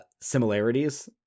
similarities